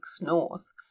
north